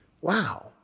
wow